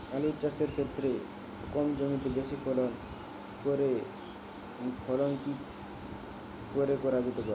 আলু চাষের ক্ষেত্রে কম জমিতে বেশি ফলন কি করে করা যেতে পারে?